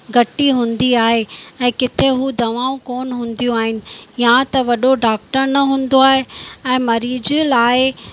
घटी हूंदी आहे ऐं किथे हू दवाऊं कोन हूंदियूं आहिनि या त वॾो डॉक्टर न हूंदो आहे ऐं मरीज लाइ